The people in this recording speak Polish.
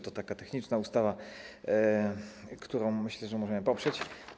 To taka techniczna ustawa, którą, jak myślę, możemy poprzeć.